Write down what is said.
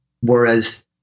whereas